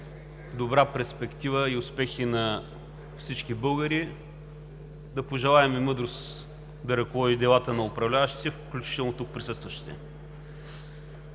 добра перспектива и успехи на всички българи, да пожелаем мъдрост да ръководи делата на управляващите, включително на тук присъстващите!